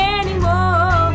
anymore